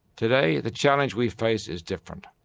today the challenge we face is different.